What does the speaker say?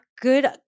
good